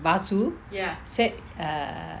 basu said